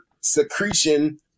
secretion